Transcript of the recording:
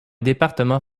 département